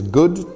good